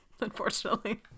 Unfortunately